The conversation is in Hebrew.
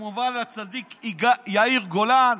וכמובן הצדיק יאיר גולן.